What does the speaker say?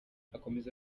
akomeza